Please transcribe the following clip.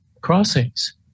crossings